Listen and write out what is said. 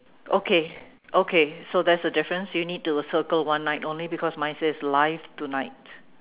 okay okay so there's a difference you need to circle one night only because mine says live tonight